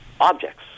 objects